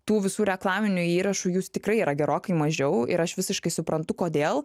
tų visų reklaminių įrašų jūs tikrai yra gerokai mažiau ir aš visiškai suprantu kodėl